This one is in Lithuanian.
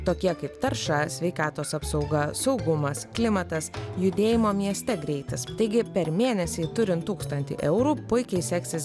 tokie kaip tarša sveikatos apsauga saugumas klimatas judėjimo mieste greitis taigi per mėnesį turint tūkstantį eurų puikiai seksis